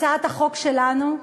הצעת החוק שלנו,